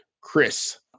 Chris